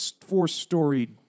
four-story